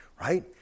right